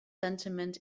sentiment